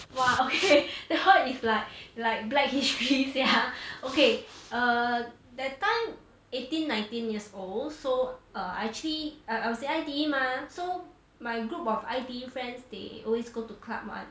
!wah! okay that one is like like black history sia okay err that time eighteen nineteen years old so I actually I was in I_T_E mah so my group of I_T_E friends they always go to club one